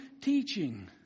teaching